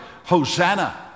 Hosanna